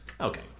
Okay